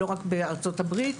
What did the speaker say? לא רק בארצות הברית,